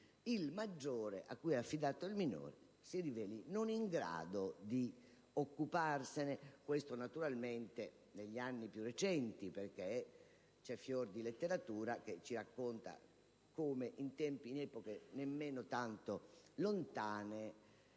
il maggiore a cui è affidato il minore si riveli non in grado di occuparsene. Questo naturalmente è accaduto negli anni più recenti, perché c'è fior di letteratura che ci racconta come, in epoche nemmeno tanto lontane,